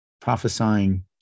prophesying